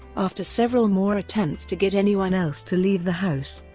after several more attempts to get anyone else to leave the house,